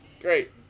Great